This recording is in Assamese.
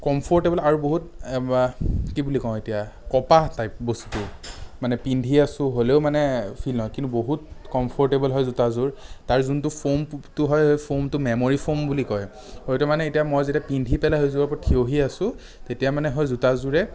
কম্ফ'ৰ্টেবল আৰু বহুত বা কি বুলি কওঁ এতিয়া কপাহ টাইপ বস্তুটো মানে পিন্ধি আছোঁ হ'লেও মানে ফিল নহয় কিন্তু বহুত কমফৰটেবল হয় জোতাযোৰ তাৰ যোনটো ফ'ম পুফটো হয় ফ'মটো মেম'ৰী ফ'ম বুলি কয় সেইটো মানে এতিয়া মই যেতিয়া পিন্ধি পেলাই সেইযোৰৰ ওপৰত থিয় হৈ আছো তেতিয়া মানে হয় জোতাযোৰে